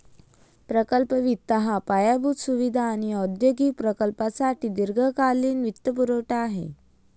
प्रकल्प वित्त हा पायाभूत सुविधा आणि औद्योगिक प्रकल्पांसाठी दीर्घकालीन वित्तपुरवठा आहे